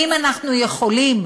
ואם אנחנו יכולים